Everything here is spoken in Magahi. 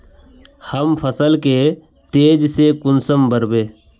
हम फसल के तेज से कुंसम बढ़बे?